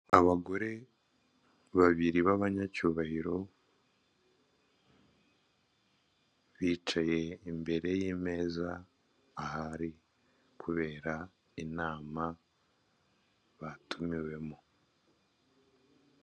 Abagore babiri b'abanyacyubahiro bicaye imbere y'ameza ahari kubera inama batumiwemo.